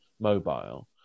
mobile